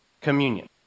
communion